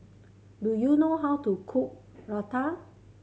do you know how to cook Raita